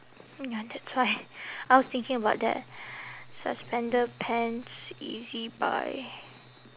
ya that's why I was thinking about that suspender pants ezbuy